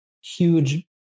huge